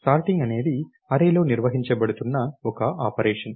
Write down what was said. sorting అనేది అర్రేలో నిర్వహించబడుతున్న ఒక ఆపరేషన్